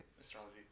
astrology